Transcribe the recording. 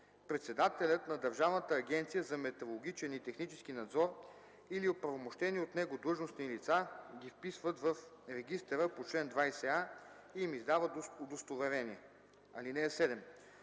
председателят на Държавната агенция за метрологичен и технически надзор или оправомощени от него длъжностни лица ги вписват в регистъра по чл. 20а и им издават удостоверение. (7)